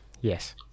Yes